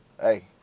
Hey